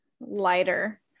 lighter